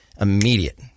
immediate